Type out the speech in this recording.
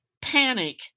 panic